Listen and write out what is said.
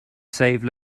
save